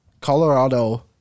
Colorado